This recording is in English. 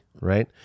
right